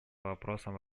вопросам